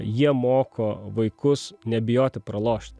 jie moko vaikus nebijoti pralošt